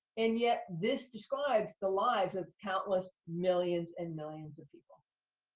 and yet, this describes the lives of countless millions and millions of people.